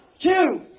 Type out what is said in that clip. two